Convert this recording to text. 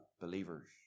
believers